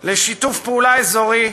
לשיתוף פעולה אזורי,